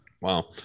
Wow